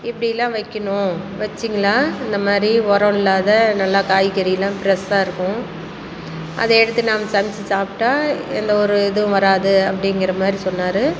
இப்படிலாம் வைக்கிணும் வச்சீங்களா இந்த மாதிரி உரம் இல்லாத நல்லா காய்கறி எல்லாம் ப்ரெஷ்ஷாக இருக்கும் அதை எடுத்து நாம சமைச்சு சாப்பிட்டா எந்த ஒரு இதுவும் வராது அப்படிங்கிற மாதிரி சொன்னார்